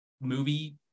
movie